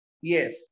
Yes